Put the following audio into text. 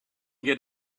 get